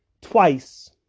twice